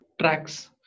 tracks